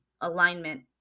alignment